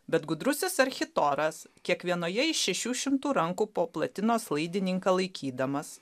bet gudrusis architoras kiekvienoje iš šešių šimtų rankų po platinos laidininką laikydamas